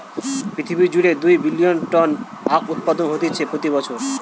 পৃথিবী জুড়ে দুই বিলিয়ন টন আখউৎপাদন হতিছে প্রতি বছর